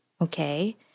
okay